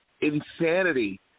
insanity